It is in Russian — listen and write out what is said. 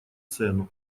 цену